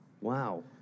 Wow